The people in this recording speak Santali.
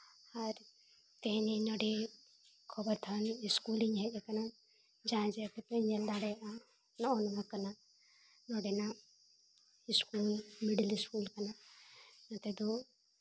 ᱟᱨ ᱛᱮᱦᱮᱧ ᱤᱧ ᱱᱚᱸᱰᱮ ᱜᱚᱵᱚᱨᱫᱷᱚᱱ ᱤᱥᱠᱩᱞᱤᱧ ᱦᱮᱡᱽ ᱟᱠᱟᱱᱟ ᱡᱟᱦᱟᱸ ᱡᱮ ᱟᱯᱮ ᱯᱮ ᱧᱮᱞ ᱫᱟᱲᱮᱭᱟᱜᱼᱟ ᱱᱚᱜᱼᱚ ᱱᱚᱣᱟ ᱠᱟᱱᱟ ᱱᱚᱸᱰᱮᱱᱟᱜ ᱥᱠᱩᱞ ᱢᱳᱰᱮᱞ ᱥᱠᱩᱞ ᱠᱟᱱᱟ ᱱᱚᱛᱮ ᱫᱚ